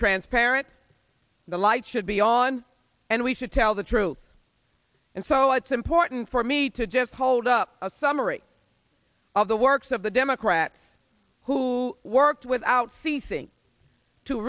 transparent the light should be on and we should tell the truth and so it's important for me to just hold up a summary of the works of the democrats who worked without c